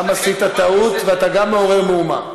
גם עשית טעות וגם אתה מעורר מהומה.